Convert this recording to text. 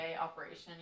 operation